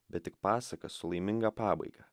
bet tik pasaka su laiminga pabaiga